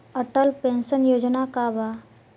Atal pension योजना का बा?